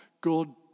God